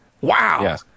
Wow